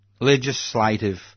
Legislative